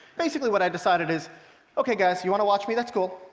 basically, what i decided is okay guys, you want to watch me, that's cool.